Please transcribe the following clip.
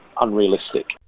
unrealistic